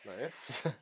Nice